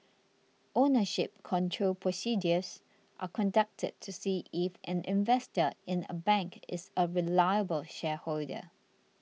ownership control procedures are conducted to see if an investor in a bank is a reliable shareholder